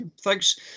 Thanks